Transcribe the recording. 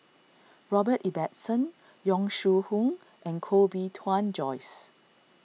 Robert Ibbetson Yong Shu Hoong and Koh Bee Tuan Joyce